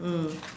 mm